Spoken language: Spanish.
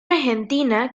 argentina